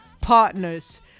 partners